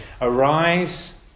arise